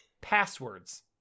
passwords